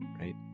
right